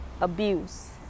abuse